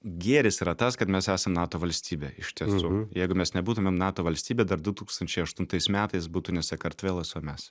gėris yra tas kad mes esam nato valstybė iš tiesų jeigu mes nebūtumėm nato valstybė dar du tūkstančiai aštuntais metais būtų ne sakartvelas o mes